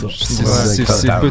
C'est